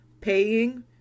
paying